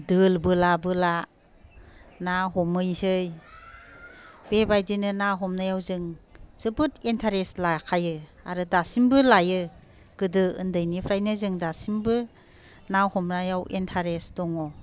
दोल बोला बोला ना हमहैसै बेबादिनो ना हमनायाव जों जोबोद एन्टारेस्ट लाखायो आरो दासिमबो लायो गोदो ओन्दैनिफ्रायनो जों दासिमबो ना हमनायाव इन्टारेस्ट दङ